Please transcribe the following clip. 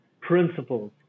principles